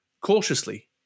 Cautiously